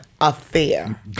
affair